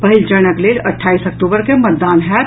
पछिल चरणक लेल अट्ठाईस अक्टूबर के मतदान होयत